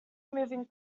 moving